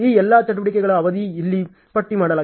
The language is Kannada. ಈ ಎಲ್ಲಾ ಚಟುವಟಿಕೆಗಳ ಅವಧಿಯನ್ನು ಇಲ್ಲಿ ಪಟ್ಟಿ ಮಾಡಲಾಗಿದೆ